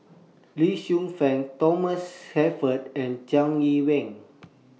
Lee Shu Fen Thomas Shelford and Jiang Yee Wen